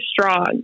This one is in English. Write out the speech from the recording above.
strong